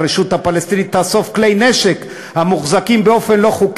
הרשות הפלסטינית תאסוף כלי נשק המוחזקים באופן לא חוקי.